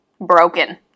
broken